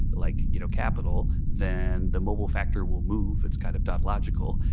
like you know capital, then the mobile factor will move. it's kind of tautological.